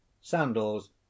sandals